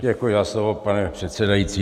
Děkuji za slovo, pane předsedající.